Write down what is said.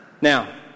Now